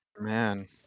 Man